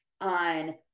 on